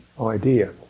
idea